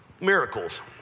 miracles